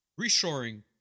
reshoring